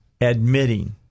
admitting